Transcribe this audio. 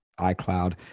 iCloud